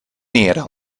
era